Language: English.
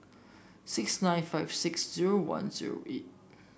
six nine five six zero one zero eight